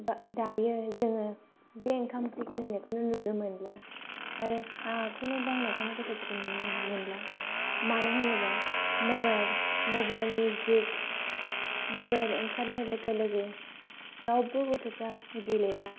दायो जोङो बे ओंखाम ओंख्रि गेलेनायखौनो नुनो मोनला आरो हाखौनो दांनायखौनो गथ'फोरखौ नुनोनो मोनला मानो होनोबा मबाइल मबाइलनि जुग मबाइल ओंखारनाय लोगो लोगो रावबो गथ'फोरा गेलेला